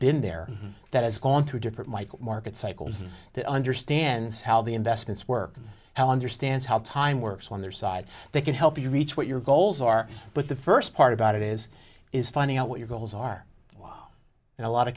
been there that has gone through different market cycles that understand how the investments work allan your stance how time works on their side they can help you reach what your goals are but the first part about it is is finding out what your goals are why and a lot of